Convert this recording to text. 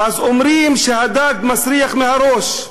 אז אומרים שהדג מסריח מהראש.